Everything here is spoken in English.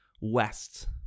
west